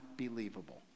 unbelievable